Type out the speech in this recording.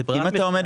זה ברירת מחדל.